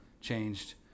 changed